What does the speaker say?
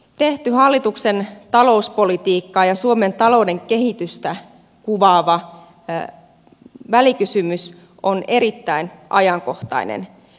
tehty hallituksen talouspolitiikkaa ja suomen talouden kehitystä kuvaava välikysymys on erittäin ajankohtainen